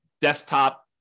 desktop